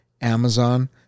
Amazon